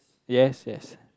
yes yes